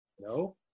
no